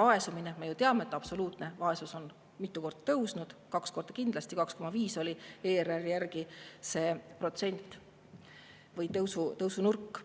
vaesumine – me ju teame, et absoluutne vaesus on mitu korda tõusnud, kaks korda kindlasti, 2,5 oli ERR‑i järgi see protsent või tõusunurk